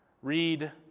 read